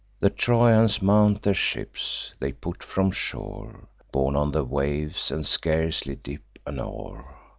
the trojans mount their ships they put from shore, borne on the waves, and scarcely dip an oar.